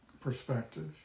perspective